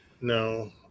No